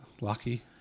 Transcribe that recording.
lucky